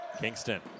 Kingston